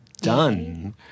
done